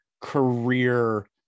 career